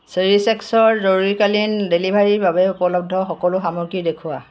Cherish এক্সৰ জৰুৰীকালীন ডেলিভাৰীৰ বাবে উপলব্ধ সকলো সামগ্ৰী দেখুওৱা